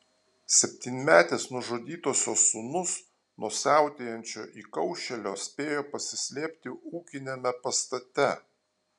septynmetis nužudytosios sūnus nuo siautėjančio įkaušėlio spėjo pasislėpti ūkiniame pastate